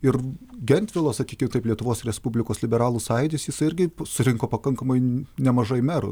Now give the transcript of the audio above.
ir gentvilo sakykim taip lietuvos respublikos liberalų sąjūdis jisai irgi surinko pakankamai nemažai merų